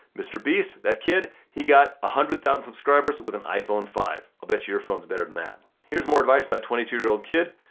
mr. beast, that kid, he got one ah hundred thousand subscribers with an iphone five. i'll bet you, your phone's better than that. here's more advice about twenty two year old kid.